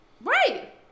Right